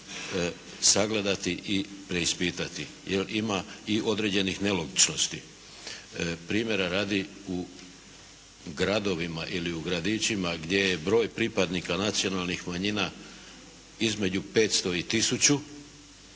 sagledati i preispitati jer ima i određenih nelogičnosti. Primjera radi, u gradovima ili u gradićima gdje je broj pripadnika nacionalnih manjina između 500 i